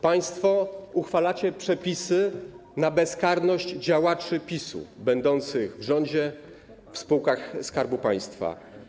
Państwo uchwalacie przepisy na bezkarność działaczy PiS będących w rządzie, w spółkach Skarbu Państwa.